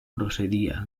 procedia